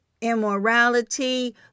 immorality